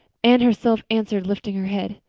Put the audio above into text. anne herself answered, lifting her head.